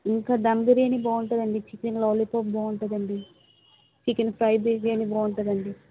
ఇంకా దమ్ బిర్యాని బాగుంటదండి chicken lollipop బాగుంటుంది అండి చికెన్ ఫ్రై బిర్యానీ బాగుంటుంది అండి